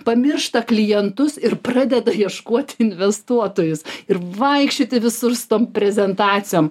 pamiršta klientus ir pradeda ieškoti investuotojus ir vaikščioti visur su tom prezentacijom